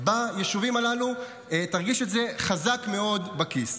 ביישובים הללו תרגיש את זה חזק מאוד בכיס.